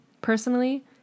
personally